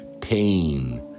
pain